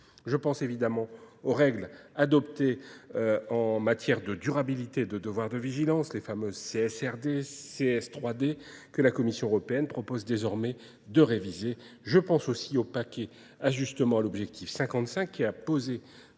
Je pense évidemment aux règles adoptées en matière de durabilité de devoirs de vigilance, les fameuses CSRD, CS3D que la Commission européenne propose désormais de réviser. Je pense aussi aux paquets ajustements à l'objectif 55 qui a posé